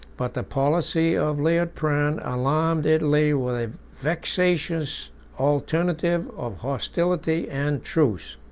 but the policy of liutprand alarmed italy with a vexatious alternative of hostility and truce.